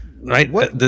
Right